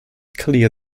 clear